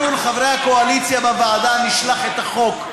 אנחנו, לחברי הקואליציה בוועדה נשלח את החוק,